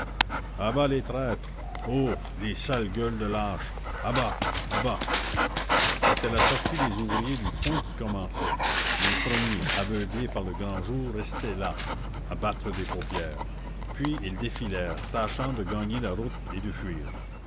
bas les traîtres oh les sales gueules de lâches a bas à bas c'était la sortie des ouvriers du fond qui commençait les premiers aveuglés par le grand jour restaient là à battre des paupières puis ils défilèrent tâchant de gagner la route et de fuir